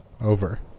Over